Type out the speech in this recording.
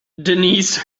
denise